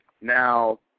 Now